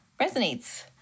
resonates